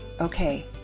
Okay